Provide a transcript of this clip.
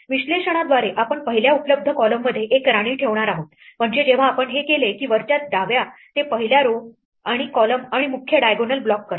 विश्लेषणाद्वारे आपण पहिल्या उपलब्ध column मध्ये एक राणी ठेवणार आहोत म्हणजे जेव्हा आपण हे केले की वरच्या डाव्या ते पहिल्या row आणि column आणि मुख्य diagonal ब्लॉक करते